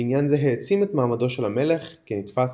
ועניין זה העצים את מעמדו של המלך שנתפש